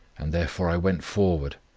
and therefore i went forward,